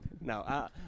No